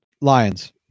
Lions